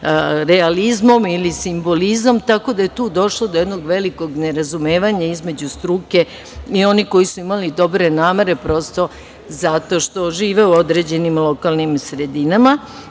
realizmom ili simbolizmom, tako da je tu došlo do jednog velikog nerazumevanja između struke i onih koji su imali dobre namere, prosto zato što žive u određenim lokalnim sredinama. Kažem,